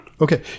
Okay